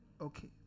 Okay